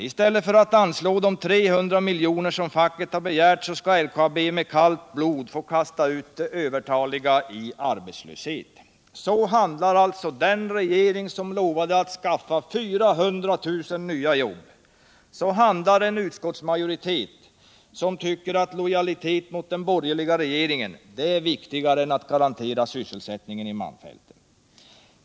I stället för att anslå 300 miljoner, som facket har begärt, skall LKAB med kallt blod få kasta ut de övertaliga i arbetslöshet. Så handlar alltså den regering som lovat skapa 400 000 nya jobb! Så handlar en utskottsmajoritet som tycker att lojalitet mot den borgerliga regeringen är viktigare än att garantera sysselsättningen i malmfälten.